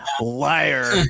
liar